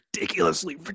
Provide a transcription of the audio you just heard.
ridiculously